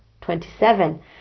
Twenty-seven